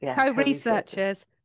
co-researchers